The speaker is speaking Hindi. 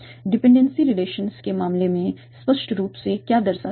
डिपेंडेंसी रिलेशंस के मामले में स्पष्ट रूप से क्या दर्शाते हैं